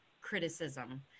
criticism